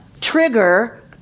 trigger